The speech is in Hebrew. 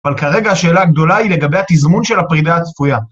אבל כרגע השאלה הגדולה היא לגבי התזמון של הפרידה הצפויה.